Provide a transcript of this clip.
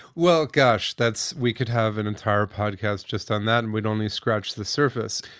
well, gosh, that's we could have an entire podcast just on that and we'd only scratch the surface.